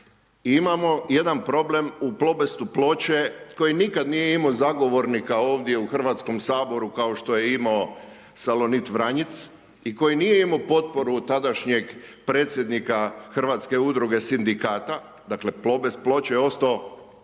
Imamo jedan problem u Plobestu Ploče koji nikada nije imao zagovornika ovdje u HS-u kao što je imao Salonit Vranjic i koji nije imao potporu tadašnjeg predsjednika Hrvatske udruge Sindikata, dakle, Plobest Ploče je ostao